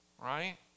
right